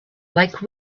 like